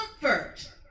Comfort